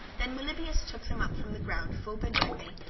then meliboeus took them up from the ground full benignly,